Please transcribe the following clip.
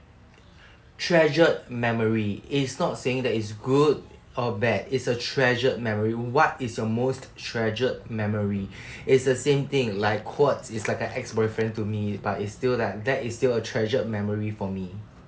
treasured memory it's not saying that it's good or bad it's a treasured memory what is your most treasured memory it's the same thing like at quotes it's like a ex-boyfriend to me but it's still like that is still a treasured memory for me